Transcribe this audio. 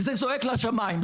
זה זועק לשמיים.